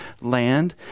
land